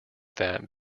that